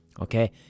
Okay